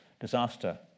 disaster